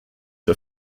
für